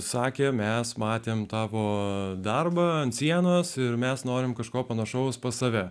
sakė mes matėme tavo darbą ant sienos ir mes norime kažko panašaus pas save